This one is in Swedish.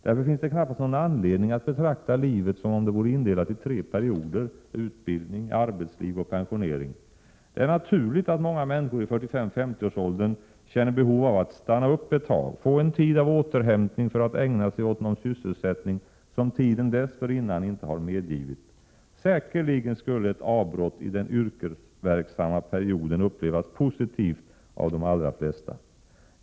Därför finns det knappast någon anledning att betrakta livet som om det vore indelat i tre perioder: utbildning, arbetsliv och pensionering. Det är naturligt att många människor i 45-50 årsåldern känner behov av att stanna upp ett tag, få en tid av återhämtning för att ägna sig åt någon sysselsättning som tiden dessförinnan inte har medgivit. Säkerligen skulle ett avbrott i den yrkesverksamma perioden upplevas positivt av de allra flesta.